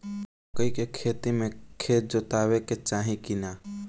मकई के खेती मे खेत जोतावे के चाही किना?